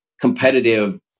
competitive